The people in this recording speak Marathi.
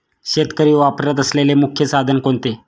शेतकरी वापरत असलेले मुख्य साधन कोणते?